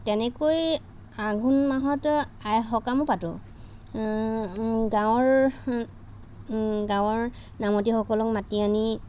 তেনেকৈ আঘোণ মাহত আই সকামো পাতোঁ গাঁৱৰ গাঁৱৰ নামতি সকলক মাতি আনি